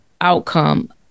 outcome